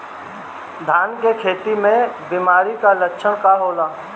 धान के खेती में बिमारी का लक्षण का होला?